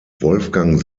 wolfgang